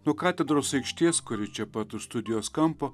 nuo katedros aikštės kuri čia pat už studijos kampo